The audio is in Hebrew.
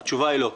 התשובה היא לא.